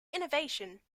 innovation